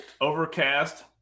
overcast